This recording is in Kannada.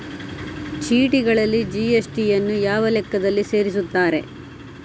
ಚೀಟಿಗಳಲ್ಲಿ ಜಿ.ಎಸ್.ಟಿ ಯನ್ನು ಯಾವ ಲೆಕ್ಕದಲ್ಲಿ ಸೇರಿಸುತ್ತಾರೆ?